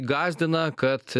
gąsdina kad